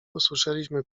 usłyszeliśmy